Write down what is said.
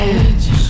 edge